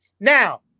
Now